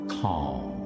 calm